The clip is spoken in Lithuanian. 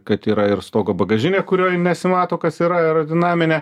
kad yra ir stogo bagažinė kurioj nesimato kas yra aerodinaminė